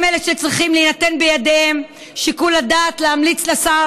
הם שצריך להינתן בידיהם שיקול הדעת להמליץ לשר